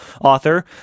author